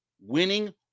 winning